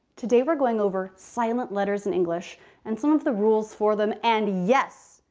today we're going over silent letters in english and some of the rules for them and yes!